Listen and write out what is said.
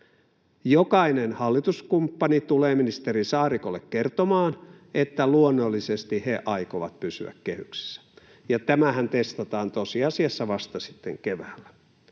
Jokainen hallituskumppani tulee ministeri Saarikolle kertomaan, että luonnollisesti he aikovat pysyä kehyksissä, ja tämähän testataan tosiasiassa vasta sitten keväällä.